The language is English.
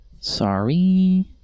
Sorry